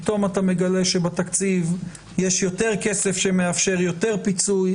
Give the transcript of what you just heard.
פתאום אתה מגלה שבתקציב יש יותר כסף שמאפשר יותר פיצוי.